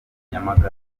nyamagabe